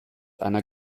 einer